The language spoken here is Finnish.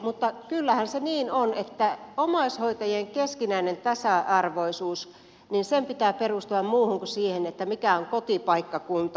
mutta kyllähän se niin on että omaishoitajien keskinäisen tasa arvoisuuden pitää perustua muuhun kuin siihen mikä on kotipaikkakunta